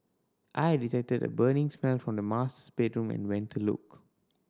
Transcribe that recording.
I detected a burning smell from the master bedroom and went to look